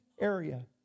area